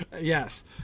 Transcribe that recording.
Yes